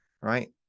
right